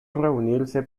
reunirse